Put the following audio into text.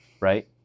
right